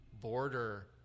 border